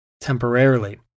temporarily